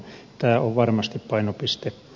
tämä on varmasti painopistealue